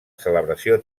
celebració